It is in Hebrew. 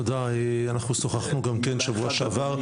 אנחנו שוחחנו גם כן שבוע שעבר,